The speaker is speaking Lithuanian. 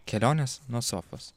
kelionės nuo sofos